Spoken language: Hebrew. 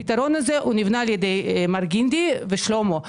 הפתרון הזה נבנה על ידי מר גינדי ושלמה.